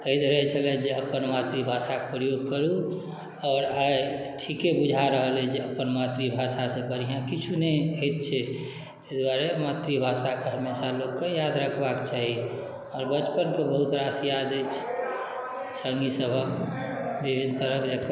कहैत रहैत छलथि जे अपन मातृभाषाके प्रयोग करू आओर आइ ठीके बुझा रहल अइ जे अपन मातृभाषासँ बढ़िआँ किछु नहि होइत छै ताहि दुआरे मातृभाषाके हमेशा लोकके याद रखबाक चाही आओर बचपनके बहुत रास याद अछि सङ्गी सभक विभिन्न तरहक जखन